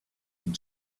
been